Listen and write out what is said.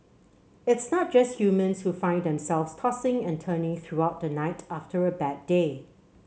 its not just humans who find themselves tossing and turning throughout the night after a bad day